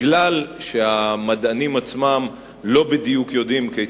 מכיוון שהמדענים עצמם לא בדיוק יודעים מה